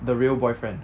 the real boyfriend